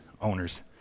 owners